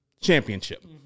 Championship